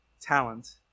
talent